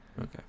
Okay